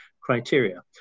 criteria